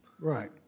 Right